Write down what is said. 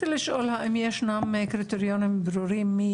שאלה: האם ישנם קריטריונים ברורים מי